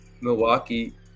Milwaukee